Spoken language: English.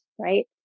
right